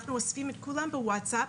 אנחנו אוספים את כולם בוואטס-אפ,